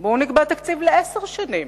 בואו נקבע תקציב לארבע שנים.